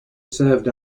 served